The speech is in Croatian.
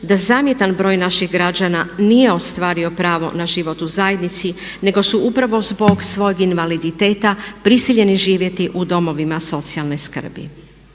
da zamjetan broj naših građana nije ostvario pravo na život u zajednici nego su upravo zbog svog invaliditeta prisiljeni živjeti u domovima socijalne skrbi.